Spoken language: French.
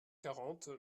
quarante